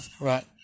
Right